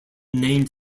named